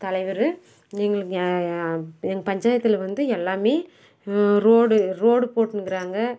தலைவர் நீங்களும் எங்கள் பஞ்சாயத்தில் வந்து எல்லாமே ரோடு ரோடு போட்டுனுக்கிறாங்க